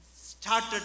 started